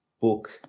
book